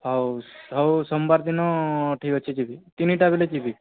ହଉ ହଉ ସୋମବାର ଦିନ ଠିକ୍ ଅଛି ଯିବି ତିନିଟା ବେଳେ ଯିବି